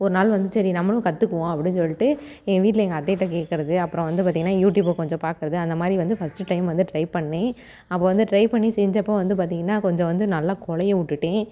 ஒரு நாள் வந்து சரி நம்மளும் கற்றுக்குவோம் அப்படின்னு சொல்லிவிட்டு எங்கள் வீட்டில் எங்கள் அத்தைகிட்டே கேட்கறது அப்புறம் வந்து பார்த்தீங்கன்னா யூடுப்பை கொஞ்சம் பார்க்கறது அந்தமாதிரி வந்து ஃபஸ்ட்டு டைம் வந்து ட்ரை பண்ணேன் அப்போ வந்து ட்ரை பண்ணி செஞ்சப்போ வந்து பார்த்தீங்கன்னா கொஞ்சம் வந்து நல்லா குழைய விட்டுட்டேன்